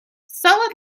solid